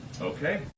okay